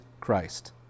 Christ